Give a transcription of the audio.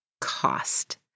cost